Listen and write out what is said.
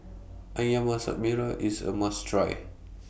Ayam Masak Merah IS A must Try